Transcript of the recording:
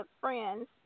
friends